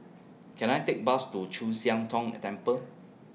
Can I Take Bus to Chu Siang Tong Temple